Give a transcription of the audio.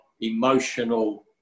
emotional